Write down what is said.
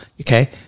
okay